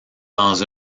dans